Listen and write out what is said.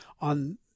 on